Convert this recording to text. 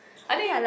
I think